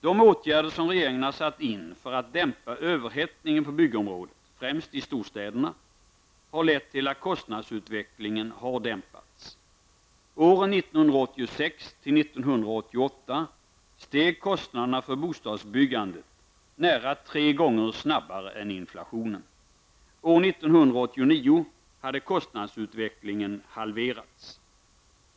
De åtgärder som regeringen har satt in för att dämpa överhettningen på byggområdet -- främst i storstäderna -- har lett till att kostnadsutvecklingen har dämpats. Åren 1986--1988 steg kostnaderna för bostadsbyggandet nära tre gånger snabbare än inflationen. År 1989 hade kostnadsutvecklingen halverats.